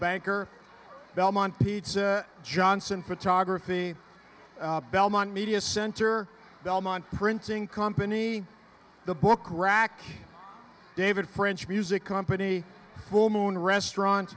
banker belmont pizza johnson photography belmont media center belmont printing company the book rack david french music company well moon restaurant